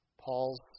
Paul's